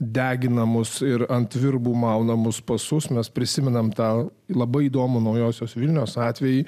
deginamos ir ant virbų maunamus pasus mes prisimename tą labai įdomų naujosios vilnios atvejį